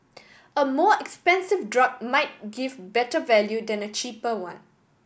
a more expensive drug might give better value than a cheaper one